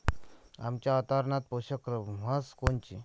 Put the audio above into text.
आमच्या वातावरनात पोषक म्हस कोनची?